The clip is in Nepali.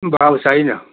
भएको छैन